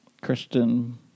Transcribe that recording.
Christian